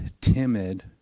timid